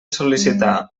sol·licitar